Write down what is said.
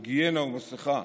היגיינה ומסכה?